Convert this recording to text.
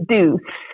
Deuce